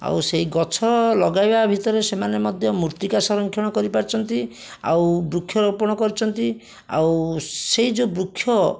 ଆଉ ସେଇ ଗଛ ଲଗାଇବା ଭିତରେ ସେମାନେ ମଧ୍ୟ ମୃତ୍ତିକା ସଂରକ୍ଷଣ କରିପାରିଛନ୍ତି ଆଉ ବୃକ୍ଷରୋପଣ କରିଛନ୍ତି ଆଉ ସେଇ ଯେଉଁ ବୃକ୍ଷ